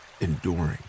enduring